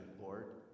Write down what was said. Lord